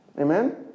Amen